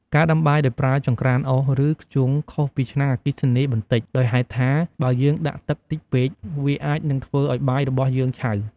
ការដាំបាយដោយប្រើចង្រ្កានអុស ឬ ធ្យូងខុសពីឆ្នាំងអគ្គិសនីបន្តិច ដោយហេតុថា បើយើងដាក់ទឹកតិចពេក វាអាចនឹងធ្វើឱ្យបាយរបស់យើងឆៅ។